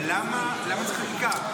אבל למה צריך חקיקה?